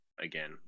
again